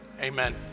Amen